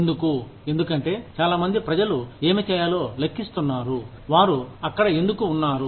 ఎందుకు ఎందుకంటే చాలామంది ప్రజలు ఏమి చేయాలో లెక్కిస్తున్నారు వారు అక్కడ ఏమి ఉన్నారు